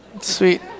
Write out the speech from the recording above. sweet